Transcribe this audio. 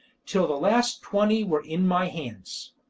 till the last twenty were in my hands.